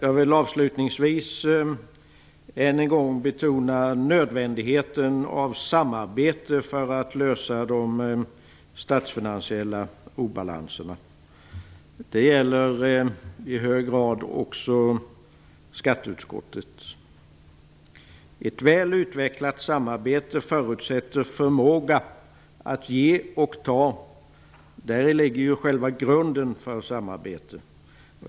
Jag vill avslutningsvis än en gång betona nödvändigheten av samarbete för att lösa de statsfinansiella obalanserna. Det gäller i hög grad också i skatteutskottet. Ett väl utvecklat samarbete förutsätter förmåga att ge och ta. Däri ligger själva grunden för samarbetet.